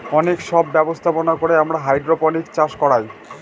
অনেক সব ব্যবস্থাপনা করে আমরা হাইড্রোপনিক্স চাষ করায়